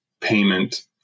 payment